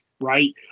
right